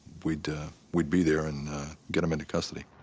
we'd we'd be there and get him into custody.